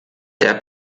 der